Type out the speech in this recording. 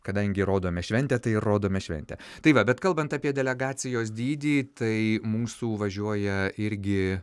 kadangi rodome šventę tai ir rodome šventę tai va bet kalbant apie delegacijos dydį tai mūsų važiuoja irgi